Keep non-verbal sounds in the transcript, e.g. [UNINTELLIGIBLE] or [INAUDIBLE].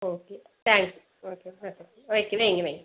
okay thanks okay [UNINTELLIGIBLE] வைக்கிறேன் நீங்கள் வைங்க